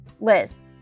Liz